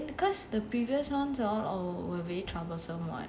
I think ya lah then because then the previous ones were all very troublesome [what]